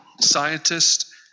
scientists